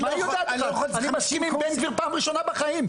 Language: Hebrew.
אני מסכים עם בן גביר פעם ראשונה בחיים.